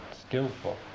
skillful